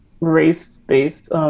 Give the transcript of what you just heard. race-based